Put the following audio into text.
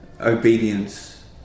obedience